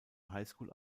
highschool